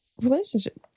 relationship